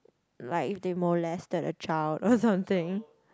like if they molested a child or something